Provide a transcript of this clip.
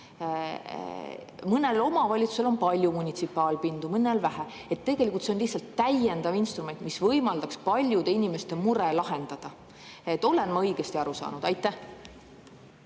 Mõnel omavalitsusel on palju munitsipaalpindu, mõnel vähe. Tegelikult on see lihtsalt täiendav instrument, mis võimaldaks paljude inimeste mure lahendada. Olen ma õigesti aru saanud? Aitäh,